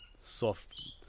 soft